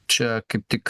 čia kaip tik